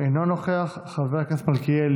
אינו נוכח, חבר הכנסת מלכיאלי,